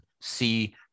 see